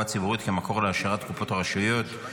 הציבורית כמקור להעשרת קופות הרשויות.